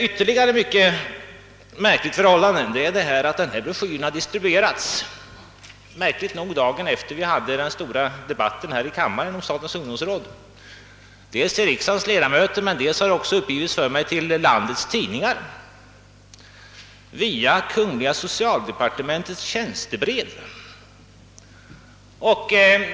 Ytterligare ett mycket märkligt förhållande är att ifrågavarande broschyr har distribuerats — märkligt nog dagen efter den stora debatten om statens ungdomsråd i denna kammare — dels till riksdagens ledamöter, dels till landets tidningar, enligt vad som uppgivits för mig, via socialdepartementets tjänstebrev.